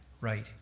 right